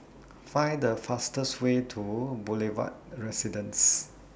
Find The fastest Way to Boulevard Residence